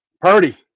Purdy